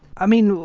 i mean,